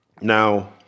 Now